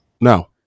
No